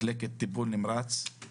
מחלקת טיפול נמרץ,